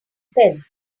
pen